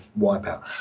Wipeout